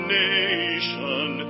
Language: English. nation